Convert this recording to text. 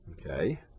okay